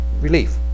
relief